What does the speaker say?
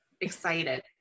excited